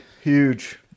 Huge